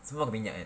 semua minyak eh